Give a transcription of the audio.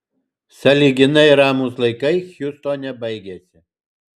sąlyginai ramūs laikai hjustone baigėsi